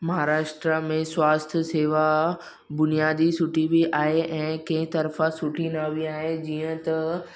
महाराष्ट्रा में स्वास्थ सेवा बुनियादी सुठी बि आहे ऐं कंहिं तर्फ़ां सुठी न बि आहे जीअं त